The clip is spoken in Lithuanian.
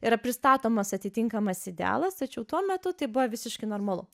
yra pristatomas atitinkamas idealas tačiau tuo metu tai buvo visiškai normalu